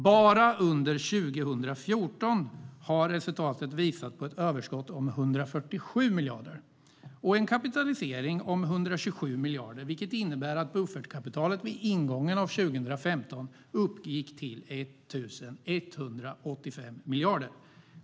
Bara under 2014 har resultatet visat på ett överskott om 147 miljarder och en kapitalisering om 127 miljarder. Det innebär att buffertkapitalet vid ingången av 2015 uppgick till 1 185 miljarder.